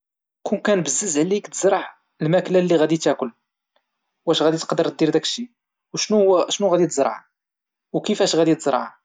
كون كان بزز عليك تزرع الماكلة اللي غادي تاكل واش غادي تقدر دير داكشي او شنو غادي تزرع وكفاش غادي تزرعها؟